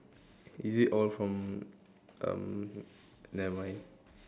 is it all from um nevermind